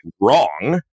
wrong